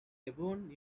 auburn